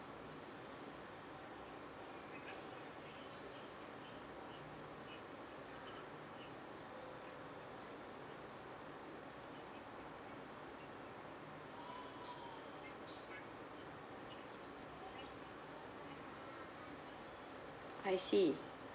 I see